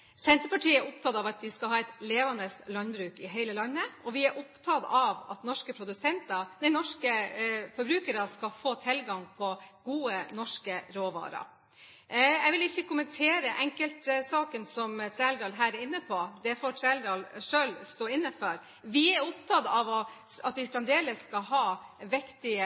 Senterpartiet er opptatt av at vi skal ha et levende landbruk i hele landet, og vi er opptatt av at norske forbrukere skal få tilgang på gode norske råvarer. Jeg vil ikke kommentere enkeltsaken som Trældal her er inne på. Det får Trældal selv stå inne for. Vi er opptatt av at vi fremdeles skal ha viktige